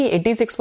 86%